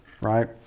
right